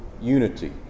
unity